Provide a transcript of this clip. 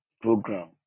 program